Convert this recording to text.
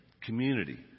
community